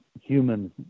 human